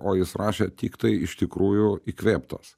o jis rašė tik tai iš tikrųjų įkvėptas